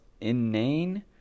inane